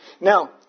Now